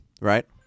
right